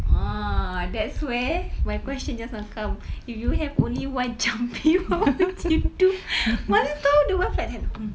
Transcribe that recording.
ah that's where my question just now come if you have only one jampi what would you do mana [tau] the wife like that hmm